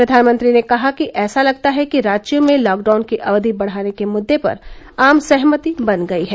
प्रधानमंत्री ने कहा कि ऐसा लगता है कि राज्यों में लॉकडाउन की अवधि बढ़ाने के मुद्दे पर आम सहमति बन गई है